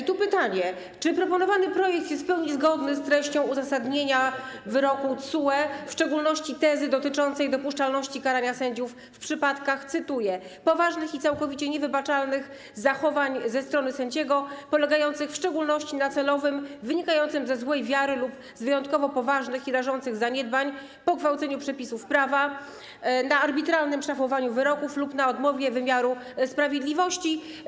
I pytanie: Czy proponowany projekt jest w pełni zgodny z treścią uzasadnienia wyroku TSUE, w szczególności tezy dotyczącej dopuszczalności karania sędziów w przypadkach, cytuję: poważnych i całkowicie niewybaczalnych zachowań ze strony sędziego, polegających w szczególności na celowym, wynikającym ze złej wiary lub z wyjątkowo poważnych i rażących zaniedbań pogwałceniu przepisów prawa, na arbitralnym szafowaniu wyroków lub na odmowie wymiaru sprawiedliwości.